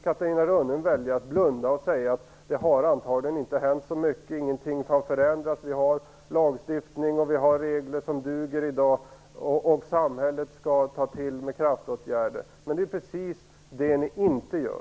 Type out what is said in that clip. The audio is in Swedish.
Catarina Rönnung väljer emellertid att blunda och säger att det antagligen inte har hänt så mycket, att inget har förändrats, att vi har lagstiftning och regler som duger i dag och att samhället skall ta till kraftåtgärder. Men det är precis det ni inte gör.